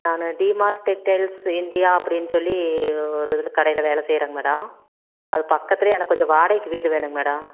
நான் D mart textiles India அப்படின்னு சொல்லி ஒரு இதில் கடையில் வேலை செய்கிறேங்க மேடம் அதுக்கு பக்கத்திலேயே எனக்கு கொஞ்சம் வாடகைக்கு வீடு வேணுங்க மேடம்